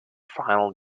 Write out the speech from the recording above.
final